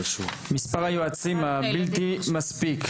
מספר היועצים בלתי מספיק,